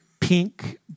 pink